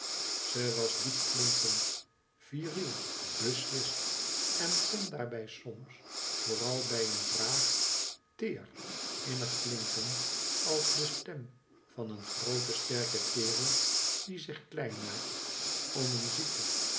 ze was diep klinkend vine beslist en kon daarbij soms vooral bij een vraag teer innig klinken als de stem van een grooten sterken kerel die zich klein maakt ran een zieke